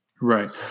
Right